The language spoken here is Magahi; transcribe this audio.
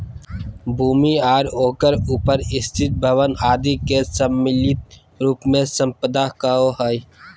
भूमि आर ओकर उपर स्थित भवन आदि के सम्मिलित रूप से सम्पदा कहो हइ